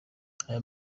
aya